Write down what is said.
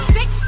Six